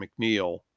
McNeil